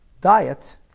diet